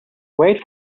wait